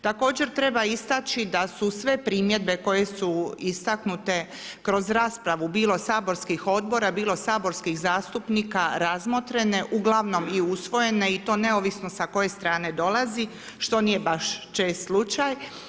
Također treba istaći da su sve primjedbe koje su istaknute kroz raspravu bilo saborskih odbora, bilo saborskih zastupnika razmotrene, uglavnom i usvojene i to neovisno s koje strane dolazi, što nije baš čest slučaj.